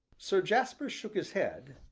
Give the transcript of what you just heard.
sir jasper shook his head,